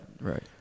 Right